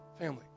family